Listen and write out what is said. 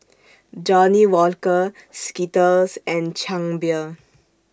Johnnie Walker Skittles and Chang Beer